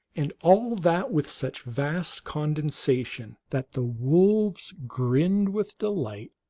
and all that with such vast condescension that the wolves grinned with delight.